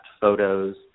photos